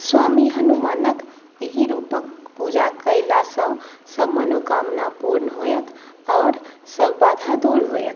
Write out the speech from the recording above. स्वामी हनुमानक एहि रूपक पूजा कयलासँ सब मनोकामना पूर्ण होयत आओर सब बाधा दूर होयत